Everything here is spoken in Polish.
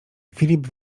filip